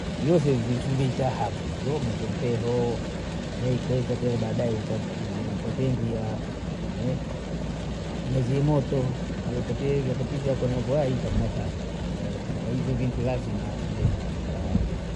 Vyose vintu vitahamu hivyo, maziha mpeho, aukauzetele badae upate mbuya, maziha moto, upate vyapati vyako navyo waika hamna tabu, na hivyo vintu lazima view tayari